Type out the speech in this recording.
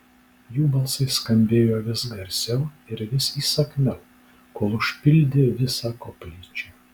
jų balsai skambėjo vis garsiau ir vis įsakmiau kol užpildė visą koplyčią